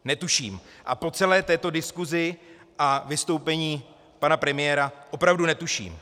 Netuším, po celé této diskusi a vystoupení pana premiéra opravdu netuším.